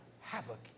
havoc